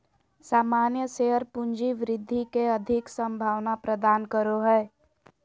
सामान्य शेयर पूँजी वृद्धि के अधिक संभावना प्रदान करो हय